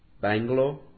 Bangalore